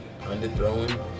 underthrowing